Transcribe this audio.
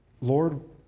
Lord